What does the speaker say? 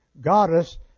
goddess